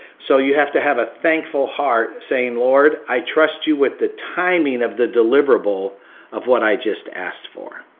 so you have to have a thankful heart saying, lord, i trust you with the timing of the deliverable of what i just asked for.